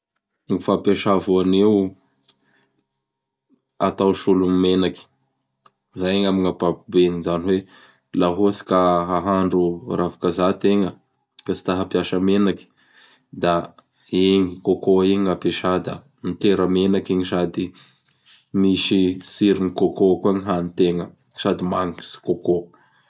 Gny fampiasa voanio! Atao solon'ny menaky. Izay amin'gny ankapobeny, izany hoe, laha ohatsy ka hahandro ravikajaka ategna ka tsy te hampiasa menaky; da igny Coco igny gny ampiasa da mitera-menaky igny sady misy tsiron'ny Coco koa gny hanitegna sady magnitsy Coc.